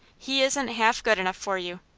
he isn't half good enough for you.